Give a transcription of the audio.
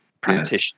practitioner